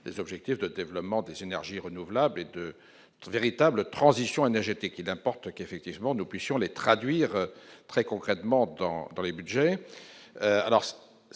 des objectifs de développement des énergies renouvelables et de véritable transition énergétique, il importe qu'effectivement nous puissions les traduire très concrètement dans dans les Budgets,